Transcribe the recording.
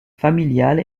familiale